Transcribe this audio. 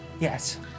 Yes